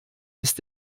ist